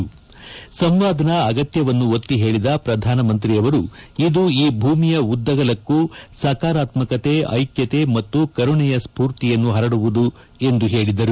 ಸಂವಾದ್ನ ಅಗತ್ಯವನ್ನು ಒತ್ತಿ ಹೇಳಿದ ಪ್ರಧಾನಮಂತ್ರಿ ಅವರು ಇದು ಈ ಭೂಮಿಯ ಉದ್ದಗಲಕ್ಕೂ ಸಕಾರಾತ್ಮಕತೆ ಐಕ್ಯತೆ ಮತ್ತು ಕರುಣೆಯ ಸ್ಪೂರ್ತಿಯನ್ನು ಹರಡುವುದು ಎಂದು ಹೇಳಿದರು